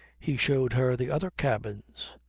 he showed her the other cabins.